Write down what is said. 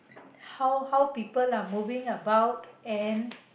how how people are moving about and